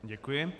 Děkuji.